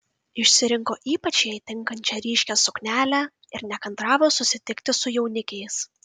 išsirinko ypač jai tinkančią ryškią suknelę ir nekantravo susitikti su jaunikiais